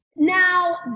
Now